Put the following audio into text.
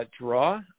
draw